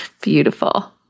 Beautiful